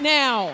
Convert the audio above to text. now